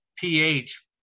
pH